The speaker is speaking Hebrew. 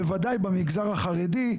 בוודאי במגזר החרדי,